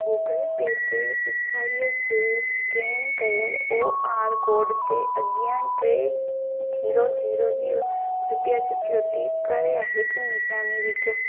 Google Pay ते पिछाड़ीअ जे स्केन कयल ओ आर कोड ते अॻियां टे ज़ीरो ज़ीरो ज़ीरो रुपिया चुकियो टीप करे हिकु निशानी विझो